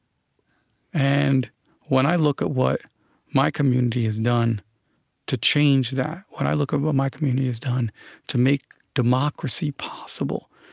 and when i look at what my community has done to change that, when i look over what my community has done to make democracy possible,